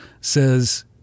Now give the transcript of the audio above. says